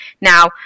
Now